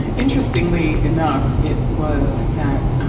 interestingly enough, it was that,